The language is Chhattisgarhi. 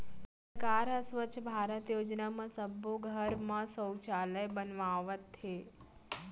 सरकार ह स्वच्छ भारत योजना म सब्बो घर म सउचालय बनवावत हे